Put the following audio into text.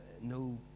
no